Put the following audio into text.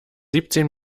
siebzehn